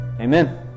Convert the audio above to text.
Amen